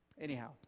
Anyhow